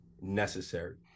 necessary